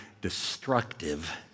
destructive